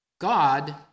God